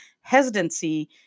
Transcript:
hesitancy